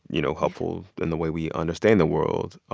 you know, helpful in the way we understand the world.